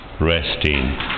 resting